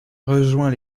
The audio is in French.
rejoint